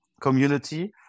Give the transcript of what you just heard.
community